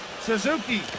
Suzuki